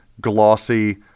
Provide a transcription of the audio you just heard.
glossy